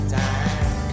time